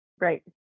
Right